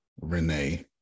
Renee